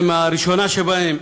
וההצעה הראשונה שבהן: